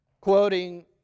quoting